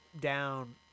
down